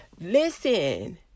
Listen